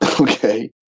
okay